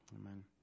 Amen